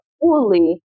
fully